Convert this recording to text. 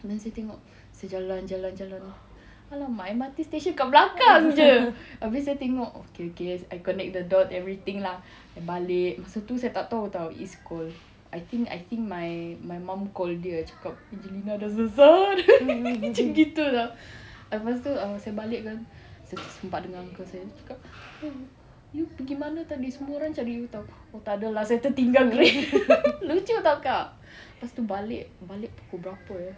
and then saya tengok saya jalan jalan jalan !alamak! M_R_T station dekat belakang jer habis saya tengok okay okay I connect the dot everything lah I balik masa tu saya tak tahu [tau] izz call I think I think my mum call dia cakap angelina dah sesat macam itu [tau] lepas tu saya balik kan saya terserempak dengan uncle saya cakap you pergi mana tadi semua orang cari you [tau] oh tak ada lah saya tertinggal Grab lucu [tau] kak lepas tu balik balik pukul berapa